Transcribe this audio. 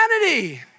humanity